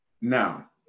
Now